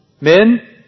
Men